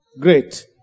great